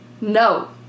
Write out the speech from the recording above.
No